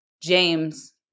James